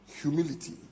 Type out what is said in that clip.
humility